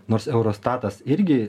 nors eurostatas irgi